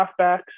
halfbacks